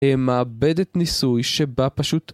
הם מאבד את ניסוי שבה פשוט...